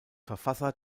verfasser